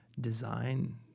design